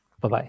Bye-bye